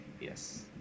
Yes